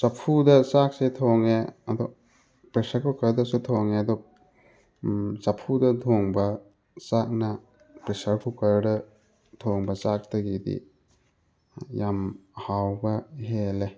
ꯆꯐꯨꯗ ꯆꯥꯛꯁꯦ ꯊꯣꯡꯉꯦ ꯑꯗꯣ ꯄ꯭ꯔꯦꯁꯔ ꯀꯨꯛꯀꯔꯗꯁꯨ ꯊꯣꯡꯉꯦ ꯑꯗꯣ ꯆꯐꯨꯗ ꯊꯣꯡꯕ ꯆꯥꯛꯅ ꯄ꯭ꯔꯦꯁꯔ ꯀꯨꯛꯀꯔꯗ ꯊꯣꯡꯕ ꯆꯥꯛꯇꯒꯤꯗꯤ ꯌꯥꯝ ꯍꯥꯎꯕ ꯍꯦꯜꯂꯦ